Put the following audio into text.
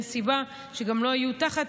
אין סיבה שגם לא יהיו תחת